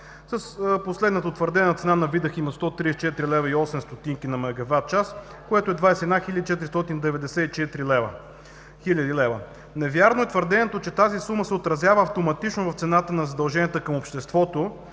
С последното твърдение за цена на „Видахим“ – 134,08 лв. на мегаватчас, е 21 494 хил. лв. Невярно е твърдението, че тази сума се отразява автоматично в цената на задълженията към обществото,